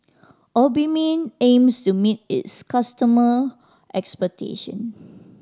Obimin aims to meet its customer expectation